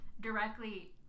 directly